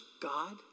God